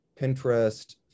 Pinterest